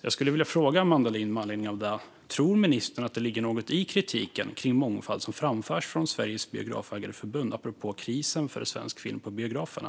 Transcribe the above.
Jag skulle vilja fråga minister Amanda Lind om hon tror att det ligger något i kritiken om mångfald som framförs från Sveriges Biografägareförbund apropå krisen för svensk film på biograferna.